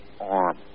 arm